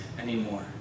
anymore